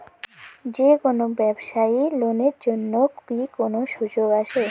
যে কোনো ব্যবসায়ী লোন এর জন্যে কি কোনো সুযোগ আসে?